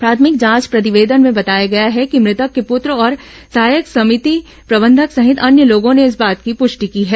प्राथमिक जांच प्रतिवेदन में बताया गया है कि मृतक के पूत्र और सहायक समिति प्रबंधक सहित अन्य लोगों ने इस बात की प्रष्टि की है